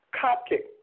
Coptic